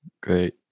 great